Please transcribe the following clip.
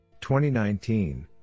2019